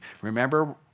Remember